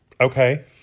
Okay